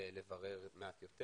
לברר מעט יותר.